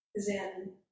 Zen